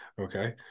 okay